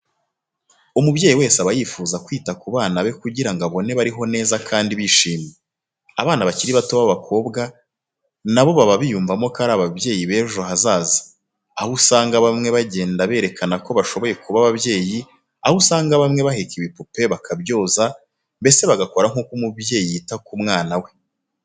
Umubyeyi wese aba yifuza kwita ku bana be kugira ngo abone bariho neza kandi bishimye. Abana bakiri bato b'abakobwa na bo baba biyumvamo ko ari ababyeyi b'ejo hazaza, aho usanga bamwe bagenda berekana ko bashoboye kuba ababyeyi, aho usanga bamwe baheka ibipupe bakabyoza mbese bagakora nk'uko umubyeyi yita ku mwana we.